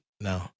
No